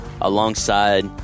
alongside